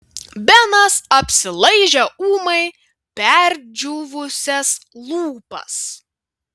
benas apsilaižė ūmai perdžiūvusias lūpas